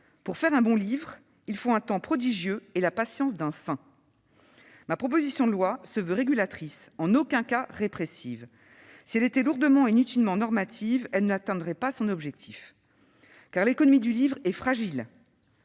Pour faire un bon livre, il faut un temps prodigieux et la patience d'un saint. » Ma proposition de loi se veut régulatrice, en aucun cas répressive. Si elle était lourdement et inutilement normative, elle n'atteindrait pas son objectif. Car l'économie du livre est fragile,